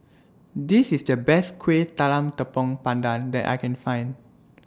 This IS The Best Kuih Talam Tepong Pandan that I Can Find